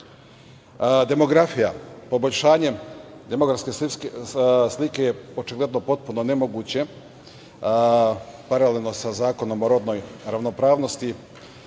raspolažu. Demografija, poboljšanje demografske slike je očigledno potpuno nemoguće, paralelno sa Zakonom o rodnoj ravnopravnosti,